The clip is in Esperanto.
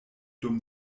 dum